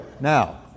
now